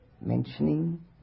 mentioning